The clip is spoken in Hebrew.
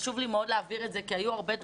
חשוב לי מאוד להבהיר את זה כי היו הרבה תגובות.